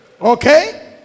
Okay